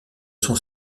son